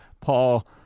Paul